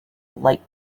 light